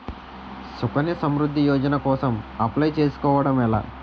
సుకన్య సమృద్ధి యోజన కోసం అప్లయ్ చేసుకోవడం ఎలా?